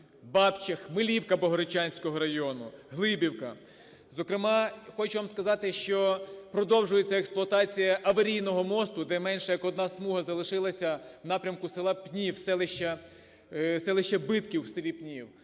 Бабче, Хмелівка Богородчанського району, Глибівка. Зокрема, хочу вам сказати, що продовжується експлуатація аварійного мосту, де менш як одна смуга залишилася в напрямку села Пнів, селища Битків, у селі Пнів.